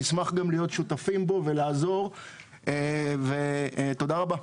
נשמח להיות גם שותפים בו ולעזור ותודה רבה.